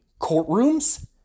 courtrooms